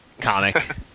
comic